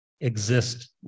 exist